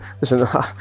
Listen